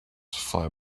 fly